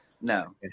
no